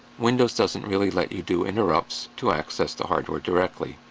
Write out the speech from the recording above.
windows doesn't really let you do interrupts to access the hardware directly.